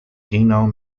genome